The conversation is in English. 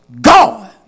God